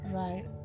right